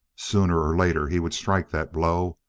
sooner or later he would strike that blow.